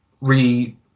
re